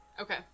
Okay